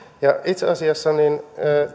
itse asiassa